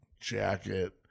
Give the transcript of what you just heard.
jacket